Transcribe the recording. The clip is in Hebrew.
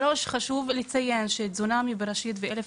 ג' חשוב לציין ש- ׳תזונה מבראשית׳ ו-'אלף